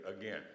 again